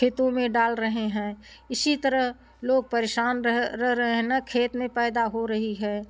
खेतों में डाल रहे हैं इसी तरह लोग परेशान रह रह रहें है न खेत में पैदा हो रही है